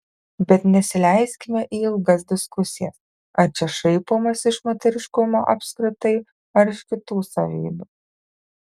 bet nesileiskime į ilgas diskusijas ar čia šaipomasi iš moteriškumo apskritai ar iš kitų savybių